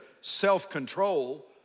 self-control